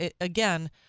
again